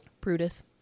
Brutus